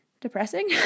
depressing